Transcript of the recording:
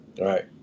Right